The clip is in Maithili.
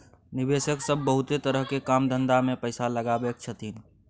निवेशक सब बहुते तरह के काम धंधा में पैसा लगबै छथिन